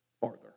Farther